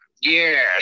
yes